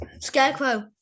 Scarecrow